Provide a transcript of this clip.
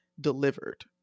delivered